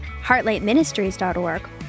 HeartlightMinistries.org